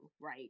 right